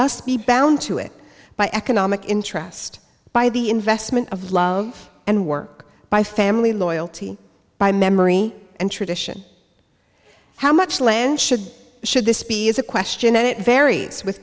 be bound to it by economic interest by the investment of love and work by family loyalty by memory and tradition how much land should should this be is a question and it varies with